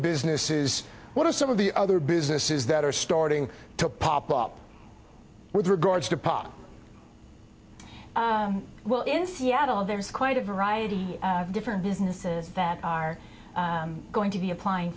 businesses what are some of the other businesses that are starting to pop up with regards to par well in seattle there's quite a variety of different businesses that are going to be applying